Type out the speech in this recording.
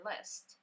list